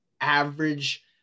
average